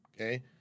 okay